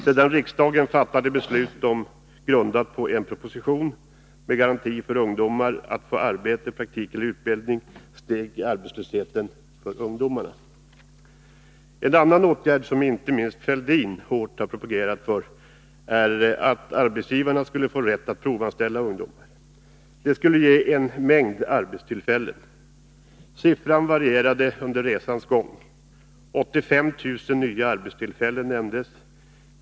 Sedan riksdagen fattat beslut om detta, grundat på en proposition om garanti för ungdomar att få arbete, praktik eller utbildning, steg arbetslösheten för ungdomarna. En annan åtgärd, som inte minst herr Fälldin hårt har propagerat för, är att arbetsgivarna skulle få rätt att provanställa ungdomar. Det skulle ge en mängd arbetstillfällen. Siffran varierade under resans gång. 85 000 nya arbetstillfällen nämndes.